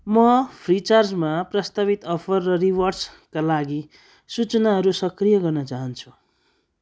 म फ्रिचार्जमा प्रस्तावित अफर र रिवार्ड्सका लागि सूचनाहरू सक्रिय गर्न चाहन्छु